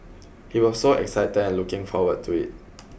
he was so excited and looking forward to it